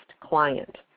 client